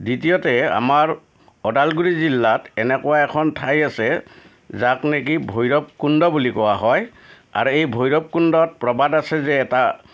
দ্বিতীয়তে আমাৰ ওদালগুৰি জিলাত এনেকুৱা এখন ঠাই আছে যাক নেকি ভৈৰৱকুণ্ড বুলি কোৱা হয় আৰু এই ভৈৰৱকুণ্ডত প্ৰবাদ আছে যে এটা